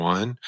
One